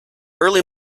early